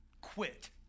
quit